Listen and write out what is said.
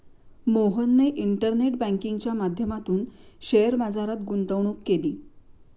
मोहनने इंटरनेट बँकिंगच्या माध्यमातून शेअर बाजारात गुंतवणूक केली